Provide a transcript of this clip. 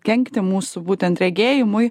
kenkti mūsų būtent regėjimui